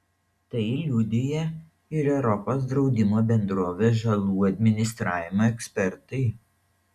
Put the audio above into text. tai liudija ir europos draudimo bendrovės žalų administravimo ekspertai